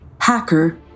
Hacker